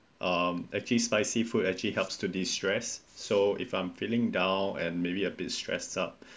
um actually spicy food actually helps to de-stress so if I'm feeling down and maybe a bit stressed up